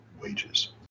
wages